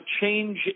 change